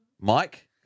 Mike